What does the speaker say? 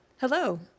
Hello